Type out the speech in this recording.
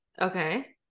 Okay